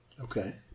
Okay